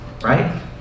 right